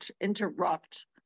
interrupt